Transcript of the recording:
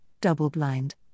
double-blind